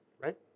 right